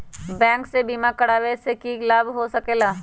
Bank से बिमा करावे से की लाभ होई सकेला?